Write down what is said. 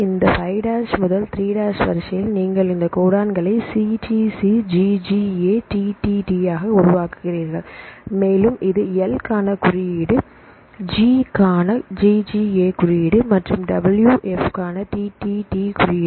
இந்த 5 'முதல் 3' வரிசையில் நீங்கள் இங்கே கோடன்களை CTC G G A TTT ஆக உருவாக்குகிறீர்கள் மேலும் இது எல் க்கான குறியீடு ஜி க்கான ஜிஜிஏ குறியீடு மற்றும் டபிள்யூ எஃப் க்கு டிடிடி குறியீடு